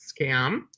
Scam